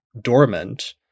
dormant